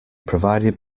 provided